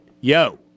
Yo